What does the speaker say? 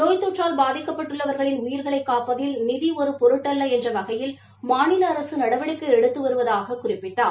நோய் தொற்றால் பாதிக்கப்பட்டுள்ளவாகளின் உயிர்களைப் காப்பதில் நிதி ஒரு பொருட்டு அல்ல என்ற வகையில் மாநில அரசு நடவடிக்கை எடுத்து வருவதாகக் குறிப்பிட்டார்